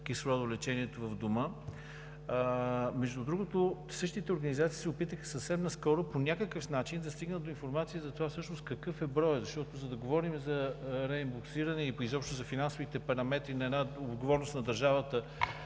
кислородолечението в дома. Същите организации между другото същите организации се опитаха съвсем наскоро по някакъв начин да стигнат до информация за това всъщност какъв е броят. Защото, за да говорим за реимбурсиране и изобщо за финансовите параметри на една отговорност на държавата